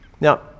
Now